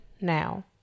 now